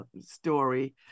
story